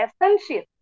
essential